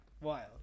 Wild